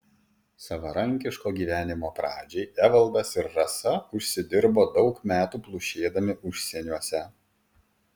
savarankiško gyvenimo pradžiai evaldas ir rasa užsidirbo daug metų plušėdami užsieniuose